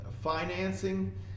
financing